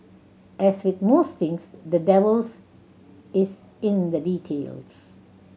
as with most things the devils is in the details